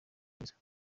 gereza